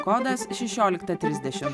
pin kodas šešioliktą trisdešimt